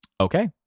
Okay